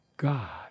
God